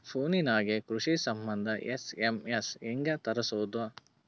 Phone ನಾಗೆ ಕೃಷಿ ಸಂಬಂಧ ಎಸ್.ಎಮ್.ಎಸ್ ಹೆಂಗ ತರಸೊದ?